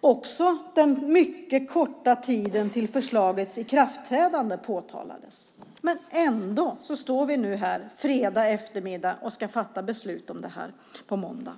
Också den mycket korta tiden till förslagets ikraftträdande påtalades, men ändå står vi nu här, fredag eftermiddag, och ska fatta beslut om detta på måndag.